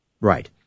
right